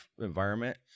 environment